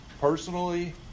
Personally